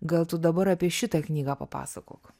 gal tu dabar apie šitą knygą papasakok